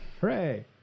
Hooray